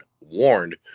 warned